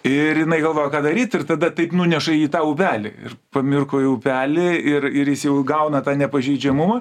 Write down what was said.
ir jinai galvojo ką daryt ir tada taip nuneša į tą upelį ir pamirko į upelį ir ir jis jau įgauna tą nepažeidžiamumą